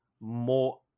more